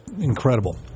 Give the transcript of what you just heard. incredible